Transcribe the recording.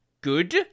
good